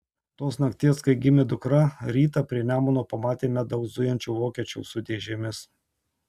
tos nakties kai gimė dukra rytą prie nemuno pamatėme daug zujančių vokiečių su dėžėmis